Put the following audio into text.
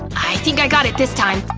think i got it this time!